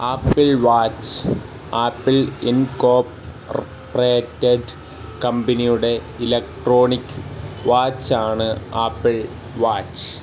apple watch Apple incorporated കമ്പനിയുടെ electronic വാച്ചാണ് Apple watch